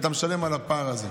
אתה משלם על הפער.